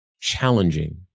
challenging